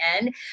end